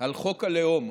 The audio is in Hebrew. על חוק הלאום.